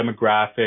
demographic